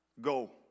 go